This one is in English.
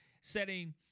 setting